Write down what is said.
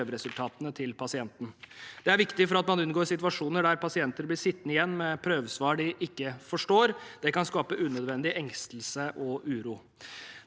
av prøveresultatene til pasienten. Det er viktig for at man unngår situasjoner der pasienter blir sittende igjen med prøvesvar de ikke forstår. Det kan skape unødvendig engstelse og uro.